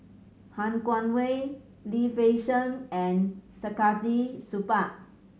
Han Guangwei Lim Fei Shen and Saktiandi Supaat